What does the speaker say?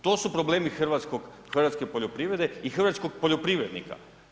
To su problemi hrvatske poljoprivrede i hrvatskog poljoprivrednika.